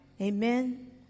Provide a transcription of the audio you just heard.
Amen